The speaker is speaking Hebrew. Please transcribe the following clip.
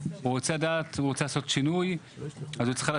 הוא צריך לעשות שינוי אז הוא צריך לדעת